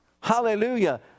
hallelujah